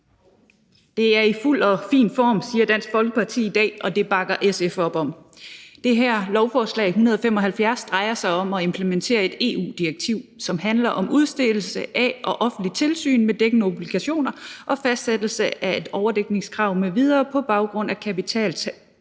Det er i fuld og fin form, siger Dansk Folkeparti i dag, og det bakker SF op om. Det her lovforslag – L 175 – drejer sig om at implementere et EU-direktiv, som handler om udstedelse af og offentligt tilsyn med dækkede obligationer og fastsættelse af et overdækningskrav m.v. på baggrund af